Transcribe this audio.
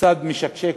קצת משקשק,